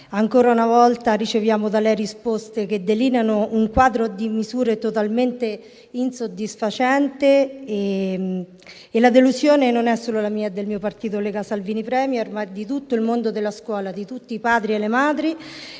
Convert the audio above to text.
ancora una volta riceviamo da lei risposte che delineano un quadro di misure totalmente insoddisfacente e la delusione non è solo la mia e del mio partito, Lega-Salvini Premier, ma è anche di tutto il mondo della scuola e di tutti i padri e le madri che